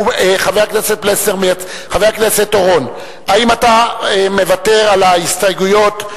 חבר הכנסת אורון, האם אתה מוותר על ההסתייגויות?